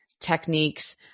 Techniques